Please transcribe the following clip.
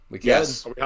Yes